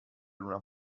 luna